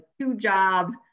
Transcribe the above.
two-job